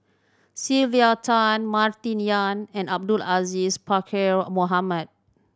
Sylvia Tan Martin Yan and Abdul Aziz Pakkeer Mohamed